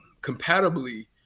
compatibly